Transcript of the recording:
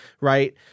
Right